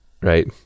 Right